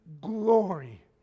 glory